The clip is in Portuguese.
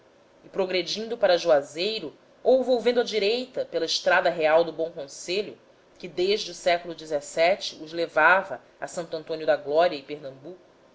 e progredindo para juazeiro ou volvendo à direita pela estrada real do bom conselho que desde o século xvii os levava a santo antônio da glória e pernambuco